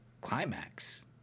climax